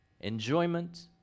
enjoyment